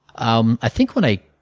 um i think when i